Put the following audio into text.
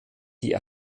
die